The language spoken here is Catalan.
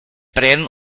pren